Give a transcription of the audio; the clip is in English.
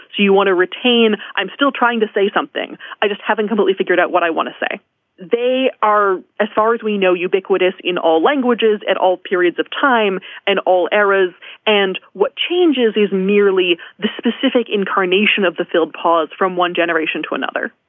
you want to retain. i'm still trying to say something i just haven't completely figured out what i want to say they are as far as we know ubiquitous in all languages at all periods of time and all eras and what changes is merely the specific incarnation of the field pours from one generation to another.